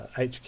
HQ